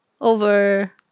over